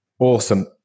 Awesome